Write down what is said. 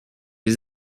les